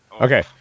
okay